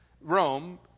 rome